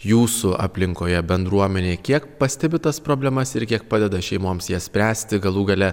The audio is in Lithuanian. jūsų aplinkoje bendruomenėj kiek pastebit tas problemas ir kiek padeda šeimoms jas spręsti galų gale